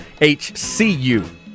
HCU